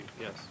Yes